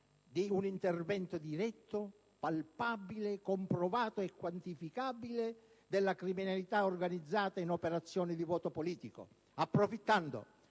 di un intervento diretto, palpabile, comprovato e quantificabile della criminalità organizzata in operazioni di voto politico, approfittando